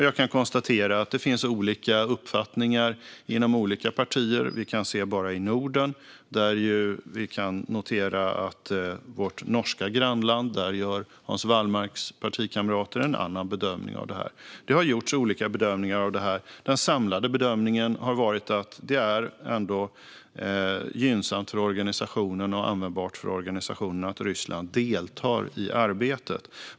Jag kan konstatera att det finns olika uppfattningar inom olika partier. Vi kan bara se på Norden. Där kan vi notera att i vårt grannland Norge gör Hans Wallmarks motsvarande partikamrater en annan bedömning av det. Det har gjorts olika bedömningar. Den samlade bedömningen har varit att det ändå är gynnsamt och användbart för organisationen att Ryssland deltar i arbetet.